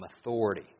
Authority